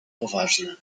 poważna